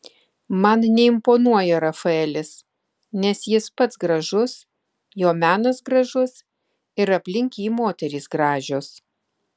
man neimponuoja rafaelis nes jis pats gražus jo menas gražus ir aplink jį moterys gražios